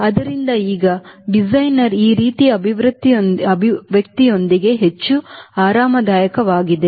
ಆದ್ದರಿಂದ ಈಗ ಡಿಸೈನರ್ ಈ ರೀತಿಯ ಅಭಿವ್ಯಕ್ತಿಯೊಂದಿಗೆ ಹೆಚ್ಚು ಆರಾಮದಾಯಕವಾಗಿದೆ